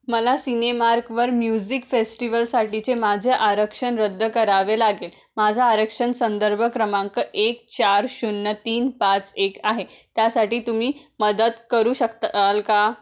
मला सिनेमार्कवर म्युझिक फेस्टिवलसाठीचे माझे आरक्षण रद्द करावे लागेल माझा आरक्षण संदर्भ क्रमांक एक चार शून्य तीन पाच एक आहे त्यासाठी तुम्ही मदत करू शकताल का